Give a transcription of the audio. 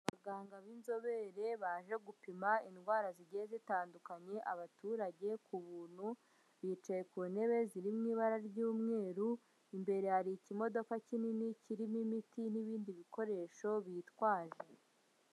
Abaganga b'inzobere baje gupima indwara zigiye zitandukanye abaturage ku buntu, bicaye ku ntebe ziri mu ibara ry'umweru, imbere hari ikimodoka kinini kirimo imiti n'ibindi bikoresho bitwaje.